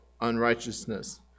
unrighteousness